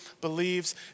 believes